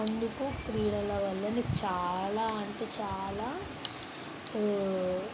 ఎందుకు క్రీడల వల్లనే చాలా అంటే చాలా